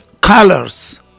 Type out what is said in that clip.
colors